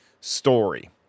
story